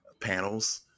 panels